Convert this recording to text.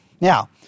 Now